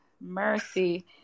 mercy